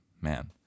man